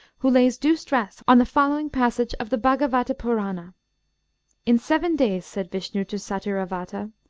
who lays due stress on the following passage of the bhagavata-purana in seven days said vishnu to satyravata,